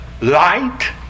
light